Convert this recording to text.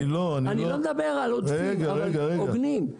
אני לא מדבר על עודפים, תנאים הוגנים.